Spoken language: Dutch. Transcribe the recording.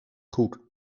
goed